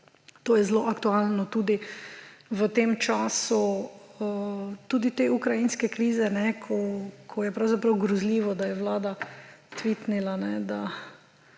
To je zelo aktualno tudi v tem času tudi te ukrajinske krize, kajne, ko je pravzaprav grozljivo, da je Vlada tvitnila, da